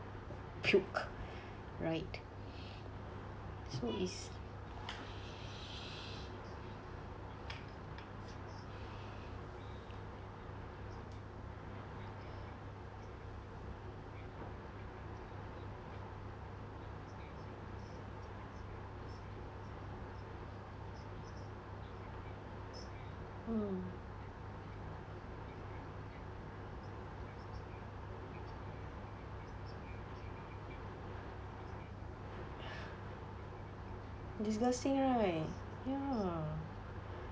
puke right so it's mm disgusting right ya